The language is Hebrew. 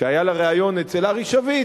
כשהיה לה ריאיון אצל ארי שביט,